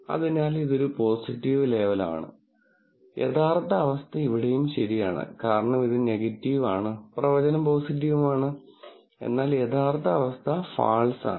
അതിനാൽ ഇതൊരു പോസിറ്റീവ് ലേബലാണ് യഥാർത്ഥ അവസ്ഥ ഇവിടെയും ശരിയാണ് കാരണം ഇത് നെഗറ്റീവ് ആണ് പ്രവചനം പോസിറ്റീവും ആണ് എന്നാൽ യഥാർത്ഥ അവസ്ഥ ഫാൾസ് ആണ്